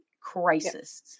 crisis